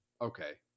okay